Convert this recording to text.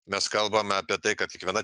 mes kalbam apie tai kad kiekviena